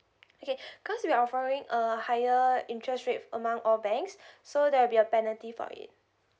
okay because we're following a higher interest rate among all banks so there will be a penalty for it